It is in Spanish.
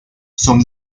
son